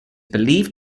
believed